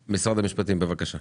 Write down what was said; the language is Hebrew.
בבקשה.